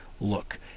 look